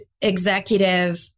executive